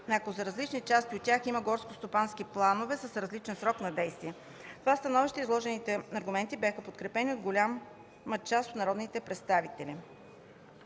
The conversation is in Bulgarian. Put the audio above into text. ако за различни части от тях има горскостопански планове с различен срок на действие. Това становище и изложените аргументи бяха подкрепени от голяма част от народните представители.